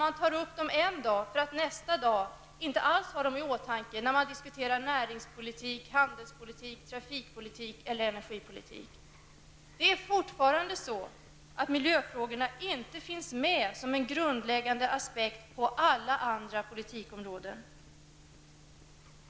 Man tar upp dem en dag för att nästa dag inte alls ha dem i åtanke när man diskuterar näringspolitik, handelspolitik, trafikpolitik eller energipolitik. Miljöfrågorna finns fortfarande inte med som en grundläggande aspekt inom alla andra politikområden.